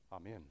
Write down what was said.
Amen